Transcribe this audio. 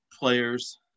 players